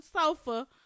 sofa